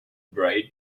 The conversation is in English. braid